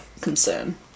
concern